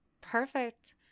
perfect